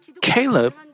Caleb